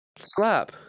Slap